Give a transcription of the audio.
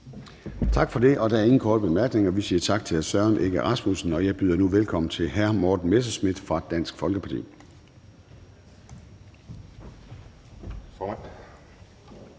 Tak for det. Der er ingen korte bemærkninger. Vi siger tak til hr. Søren Egge Rasmussen, og jeg byder nu velkommen til hr. Morten Messerschmidt fra Dansk Folkeparti.